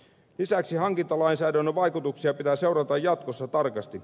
lisäksi hankintalainsäädännön vaikutuksia pitää seurata jatkossa tarkasti